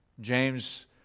James